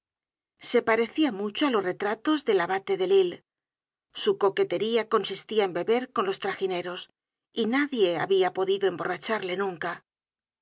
se parecia mucho á los retratos del abate delille su coquetería consistia en beber con los tragineros y nadie habia podido ehborracharle nunca